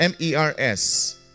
MERS